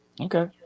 okay